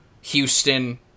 Houston